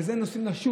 עם זה נוסעים לשוק,